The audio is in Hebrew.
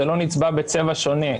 זה לא נצבע בצבע שונה,